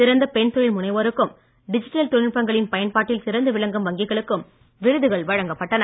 சிறந்த பெண் தொழில் முனைவோருக்கும் டிஜிட்டல் தொழில்நுட்பங்களின் பயன்பாட்டில் சிறந்து விளங்கும் வங்கிகளுக்கும் விருதுகள் வழங்கப்பட்டன